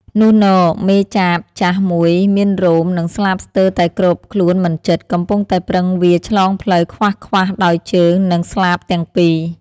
នុះន មេចាបចាស់មួយមានរោម និងស្លាបស្ទើរតែគ្របខ្លួនមិនជិត កំពុងតែប្រឹងវារឆ្លងផ្លូវខ្វាសៗដោយជើង និងស្លាបទាំងពីរ ។